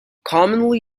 commonly